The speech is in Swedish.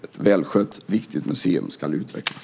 Ett välskött viktigt museum ska utvecklas.